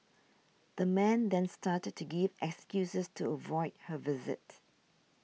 the man then started to give excuses to avoid her visit